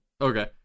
Okay